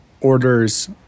orders